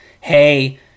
hey